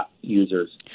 users